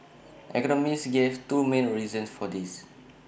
economists gave two main reasons for this